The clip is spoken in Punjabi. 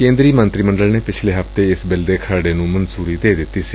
ਕੇ'ਦਰੀ ਮੰਤਰੀ ਮੰਡਲ ਨੇ ਪਿਛਲੇ ਹਫ਼ਤੇ ਇਸ ਬਿੱਲ ਦੇ ਖਰੜੇ ਨੂੰ ਮਨਜੂਰੀ ਦੇ ਦਿੱਡੀ ਸੀ